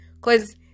Cause